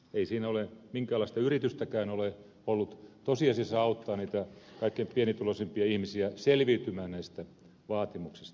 ei siinä minkäänlaista yritystäkään ole ollut tosiasiassa auttaa niitä kaikkein pienituloisimpia ihmisiä selviytymään näistä vaatimuksista